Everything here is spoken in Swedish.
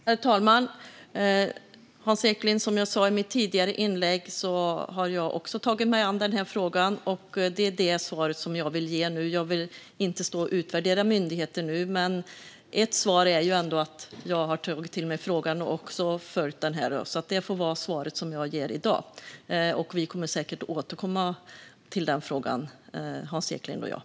Herr talman! Som jag sa i mitt tidigare inlägg, Hans Eklind, har jag också tagit till mig denna fråga. Det är det svar som jag nu vill ge. Jag vill inte stå och utvärdera myndigheter nu. Men ett svar är ändå att jag har tagit till mig frågan och följer den. Det får vara det svar som jag ger i dag. Hans Eklind och jag kommer säkert att återkomma till denna fråga.